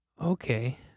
okay